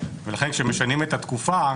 לכן כשמשנים את התקופה,